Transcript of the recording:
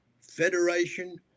federation